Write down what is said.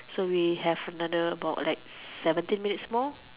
so we have another like seventeen minutes more